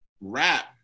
rap